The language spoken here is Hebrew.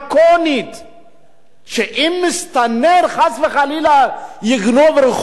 שהיא דרקונית, שאם מסתנן חס וחלילה יגנוב רכוש,